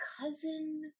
cousin